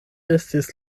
estis